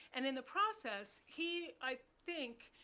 and in the process, he, i think,